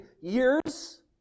years